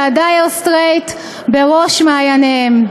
'נואיבה' וה'דייר סטרייט' בראש מעייניהם.